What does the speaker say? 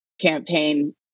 campaign